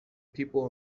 people